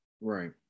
right